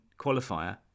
qualifier